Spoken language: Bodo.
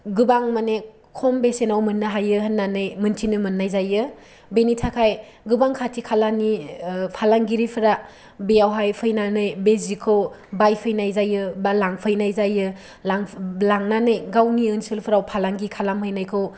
गोबां मानि खम बेसेनाव मोननो हायो होनानै मिन्थिनो मोननो जायो बिनि थाखाय गोबां खाथि खालानि फालांगिरिफ्रा बेयाव हाय फैनानै बे जिखौ बायफैनाय जायो बा लांफैनाय जायो लांनानै गावनि ओनसोलफोराव फालांगि खालामहैनायखौ